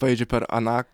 pavyzdžiui per aną